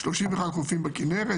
31 חופים בכינרת,